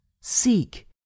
Seek